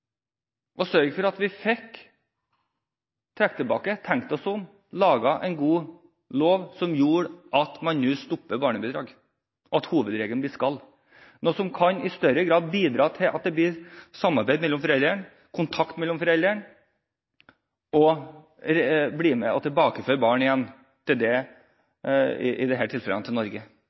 å sørge for at vi fikk trukket tilbake proposisjonen, tenkt oss om og laget en god lov som gjorde at man nå stopper barnebidrag – at hovedregelen blir «skal». Dette kan i større grad bidra til at det blir samarbeid mellom foreldrene, kontakt mellom foreldrene og tilbakeføring av barn – i dette tilfellet – til Norge. Det er jeg svært opptatt av, og det